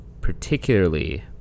particularly